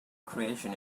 creation